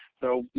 so,